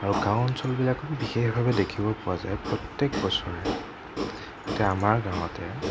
আৰু গাওঁ অঞ্চলবিলাকত বিশেষভাৱে দেখিবলৈ পোৱা যায় কি প্ৰত্যেক বছৰে এতিয়া আমাৰ গাওঁতে